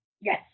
yes